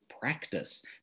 practice